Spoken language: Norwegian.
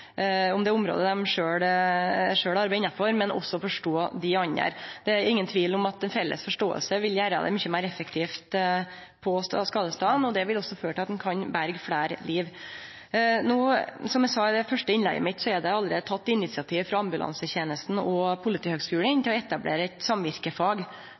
om det området dei sjølve arbeider innanfor, men også forstå dei andre. Det er ingen tvil om at ei felles forståing vil gjere det mykje meir effektivt på skadestaden, og det vil også føre til at ein kan berge fleire liv. Som eg sa i det første innlegget mitt, har ambulansetenesta og Politihøgskulen